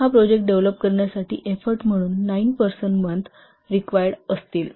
हा project develop करण्यासाठी effort म्हणून 9 पर्सन मंथ रिक्वायरड असतील